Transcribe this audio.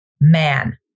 man